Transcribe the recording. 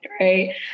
right